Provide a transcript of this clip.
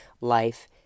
life